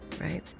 right